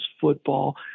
football